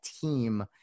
team